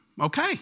Okay